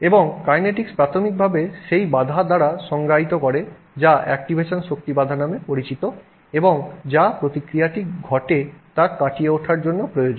এবং কাইনেটিকস প্রাথমিকভাবে সেই বাধা দ্বারা সংজ্ঞায়িত করে যা অ্যাক্টিভেশন শক্তি বাধা নামে পরিচিত এবং যা প্রতিক্রিয়াটি ঘটে তা কাটিয়ে ওঠার জন্য প্রয়োজন